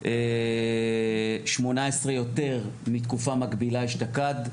18 יותר מתקופה מקבילה אשתקד,